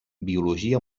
biologia